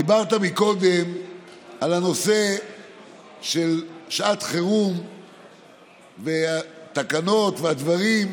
דיברת קודם על הנושא של שעת חירום והתקנות והדברים,